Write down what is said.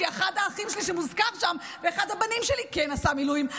כי אחד האחים שלי שמוזכר שם ואחד הבנים שלי כן עשו מילואים.